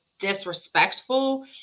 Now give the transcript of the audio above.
disrespectful